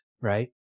Right